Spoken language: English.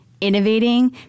innovating